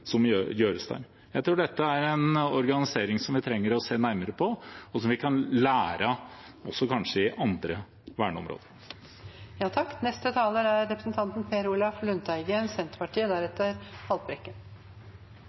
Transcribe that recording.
som gjøres der. Jeg tror dette er en organisering vi trenger å se nærmere på, og som vi kan lære av også i andre verneområder. Jeg kan underskrive på alt det som representanten